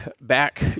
back